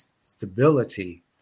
stability